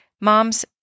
Moms